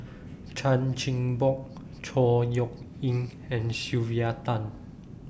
Chan Chin Bock Chor Yeok Eng and Sylvia Tan